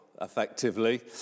effectively